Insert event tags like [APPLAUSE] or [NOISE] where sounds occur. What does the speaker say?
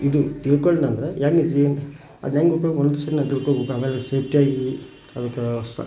ಇದು ತಿಳ್ಕೊಂಡು ನಂತರ ಹೆಂಗೆ ಹಚ್ಚಲಿ ಅದು ಹೆಂಗೆ ಉಪಯೋಗ [UNINTELLIGIBLE] ತಿಳ್ಕೊಳ್ಬೇಕು ಆಮೇಲೆ ಸೇಫ್ಟಿಯಾಗಿ ಅದಕ್ಕೆ ಸ್